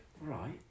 right